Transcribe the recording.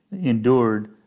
endured